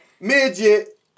midget